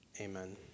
Amen